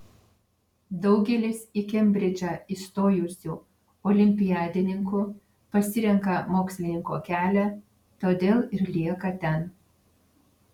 daugelis į kembridžą įstojusių olimpiadininkų pasirenka mokslininko kelią todėl ir lieka ten